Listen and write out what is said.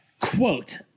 Quote